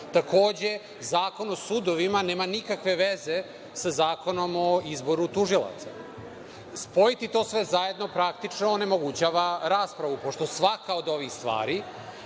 Takođe, Zakon o sudovima nema nikakve veze sa Zakonom o izboru tužilaca. Spojiti to sve zajedno praktično onemogućava raspravu, pošto svaka od ovih stvari